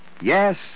Yes